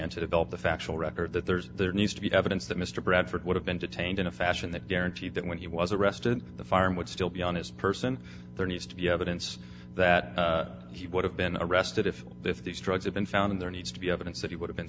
develop the factual record that there's there needs to be evidence that mr bradford would have been detained in a fashion that guaranteed that when he was arrested the firing would still be on his person there needs to be evidence that he would have been arrested if if these drugs have been found there needs to be evidence that he would have been